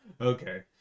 Okay